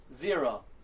zero